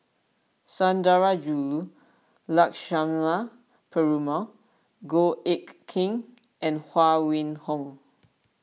Sundarajulu Lakshmana Perumal Goh Eck Kheng and Huang Wenhong